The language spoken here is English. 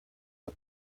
the